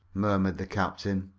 murmured the captain.